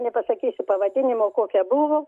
nepasakysiu pavadinimo kokia buvo